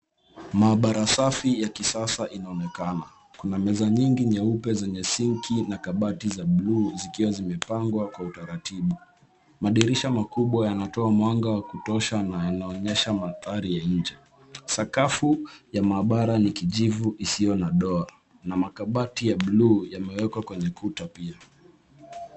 Maabara safi ya kisasa inaonekana. Kuna meza nyingi meupe zenye sinki na kabati za blue zikiwa zimepangwa kwa utaratibu. Madirisha makubwa yanatoa mwanga wa kutosha na yanaonyesha mandhari ya nje. Sakafu ya maabara ni kijivu isiyo na doa na makabati ya blue yamewekwa kwenye kuta pia.